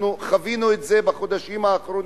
חווינו את זה בחודשים האחרונים.